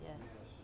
Yes